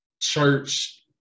church